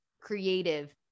creative